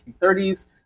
1930s